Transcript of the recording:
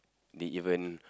they even